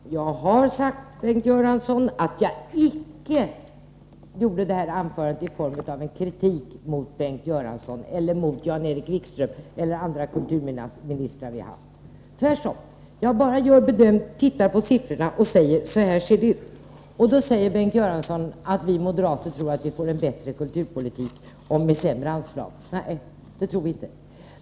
Fru talman! Jag har sagt, Bengt Göransson, att jag icke utformade mitt anförande som en kritik mot Bengt Göransson eller Jan-Erik Wikström eller andra kulturministrar som vi har haft. Tvärtom: jag bara tittar på siffrorna och säger att så här ser det ut. Då säger Bengt Göransson att vi moderater tror att vi får en bättre kulturpolitik med sämre anslag. Nej, det tror vi inte.